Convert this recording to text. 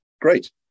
Great